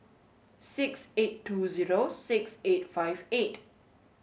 six eight two zero six eight five eight